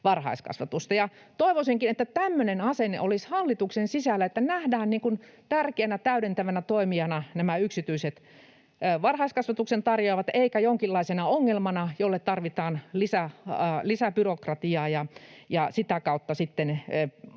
varhaiskasvusta. Toivoisinkin, että tämmöinen asenne olisi hallituksen sisällä, että nähdään tärkeänä, täydentävänä toimijana nämä yksityiset varhaiskasvatuksen tarjoajat eikä jonkinlaisena ongelmana, joille tarvitaan lisää byrokratiaa. Esimerkiksi